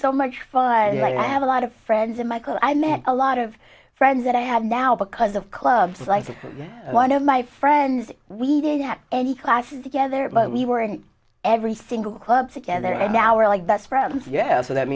so much fun and i have a lot of friends and michael i met a lot of friends that i have now because of clubs like this and one of my friends we didn't have any classes together but we were in every single club together and now are like best friends yeah so that